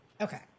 Okay